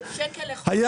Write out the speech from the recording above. זה 2,000 שקל לחודש תוספת.